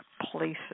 places